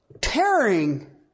tearing